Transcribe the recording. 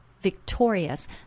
victorious